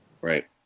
Right